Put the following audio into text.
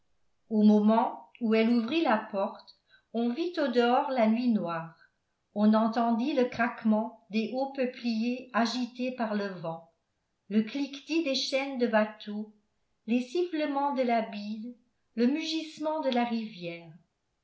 au moment où elle ouvrit la porte on vit au-dehors la nuit noire on entendit le craquement des hauts peupliers agités par le vent le cliquetis des chaînes de bateaux les sifflements de la bise le mugissement de la rivière